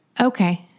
Okay